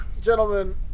gentlemen